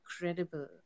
incredible